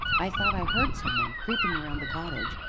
i thought i heard some one creeping round the cottage.